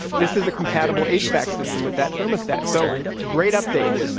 this is a compatible h vac system with that thermostat. so great update.